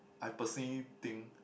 I personally think